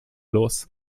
los